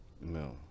no